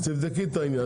אז תבדקי את העניין,